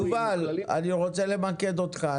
יובל, אני רוצה למקד אותך.